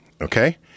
okay